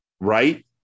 Right